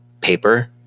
paper